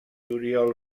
oriol